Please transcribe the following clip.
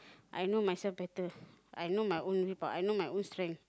I know myself better I know my own I know my own strength